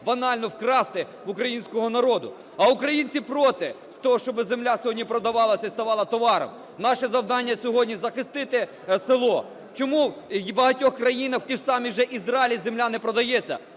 банально вкрасти в українського народу. А українці проти того, щоб земля сьогодні продавалася і ставала товаром. Наше завдання сьогодні – захистити село. Чому у багатьох країнах, в тому самому Ізраїлі, земля не продається?